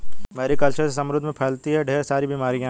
Mary culture से समुद्र में फैलती है ढेर सारी बीमारियां